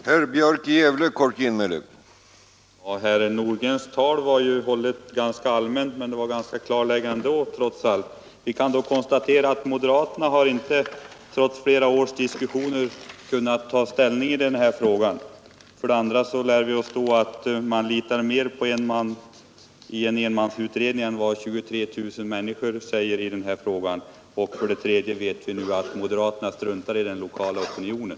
Herr talman! Herr Nordgrens anförande var ju rätt allmänt hållet men trots allt ganska klarläggande. Vi kan nu för det första konstatera att moderaterna trots flera års diskussioner ännu inte kunnat ta ställning i denna fråga. Vi har för det andra lärt oss att man litar mer på en person i en enmansutredning än på vad 23 000 människor säger. För det tredje vet vi nu att moderaterna struntar i den lokala opinionen.